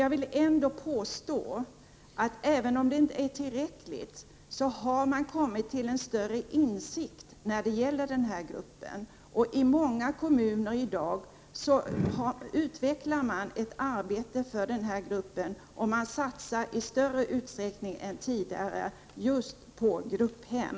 Jag vill ändå påstå att även om det man gör inte är tillräckligt så har man kommit till större insikt om den här gruppens behov. I många kommuner utvecklas nu ett arbete för den här gruppen. Man satsar i större utsträckning än tidigare på grupphem.